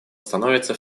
становится